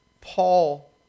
Paul